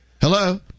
Hello